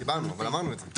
דיברנו, אבל אמרנו את זה.